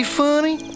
funny